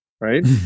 Right